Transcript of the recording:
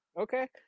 okay